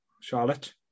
Charlotte